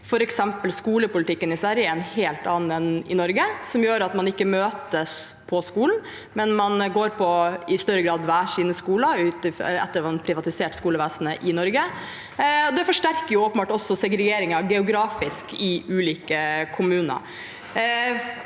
For eksempel er skolepolitikken i Sverige en helt annen enn i Norge. Det gjør at man ikke møtes på skolen, men man går i større grad på hver sin skole – etter at man har privatisert skolevesenet – og det forsterker åpenbart segregeringen geografisk i ulike kommuner.